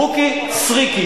בוקי סריקי.